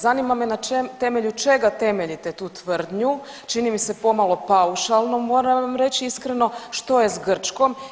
Zanima me na čem, temelju čega temeljite tu tvrdnu, čini mi se pomalo paušalnom moram vam reći iskreno, što je s Grčkom.